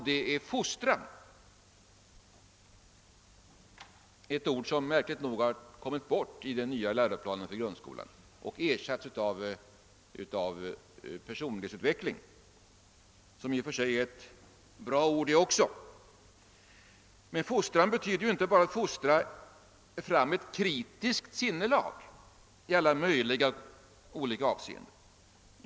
Det gäller fostran, ett ord som märkligt nog har kommit bort i den nya läroplanen för grundskolan och ersatts av »personlighetsutveckling», som i och för sig är ett bra ord det också. Men »fostran» betyder inte bara fostran till ett kritiskt sinnelag i alla möjliga avseenden.